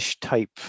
type